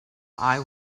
eye